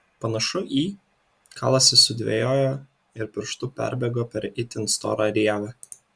panašu į kalasi sudvejojo ir pirštu perbėgo per itin storą rievę